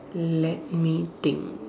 let me think